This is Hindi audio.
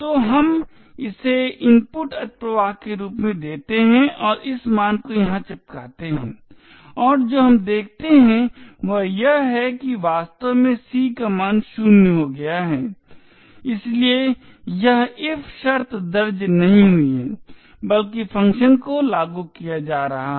तो हम इसे इनपुट अतिप्रवाह के रूप में देते हैं और इस मान को यहां चिपकाते हैं और जो हम देखते हैं वह यह है कि वास्तव में c का मान 0 हो गया है और इसलिए यह if शर्त दर्ज नहीं हुई है बल्कि फ़ंक्शन को लागू किया जा रहा है